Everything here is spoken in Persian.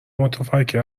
متفکر